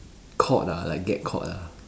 caught ah like get caught ah